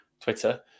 Twitter